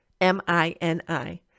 m-i-n-i